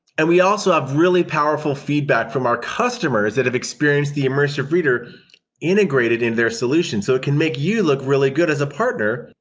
and we also have really powerful feedback from our customers that have experienced the immersive reader integrated in their solution, so it can make you look really good as a partner.